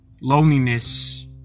loneliness